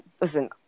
Listen